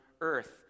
earth